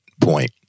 point